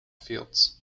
fields